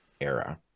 era